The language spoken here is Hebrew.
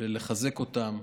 לחזק אותם,